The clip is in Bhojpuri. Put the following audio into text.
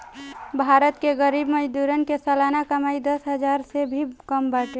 भारत के गरीब मजदूरन के सलाना कमाई दस हजार से भी कम बाटे